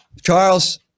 charles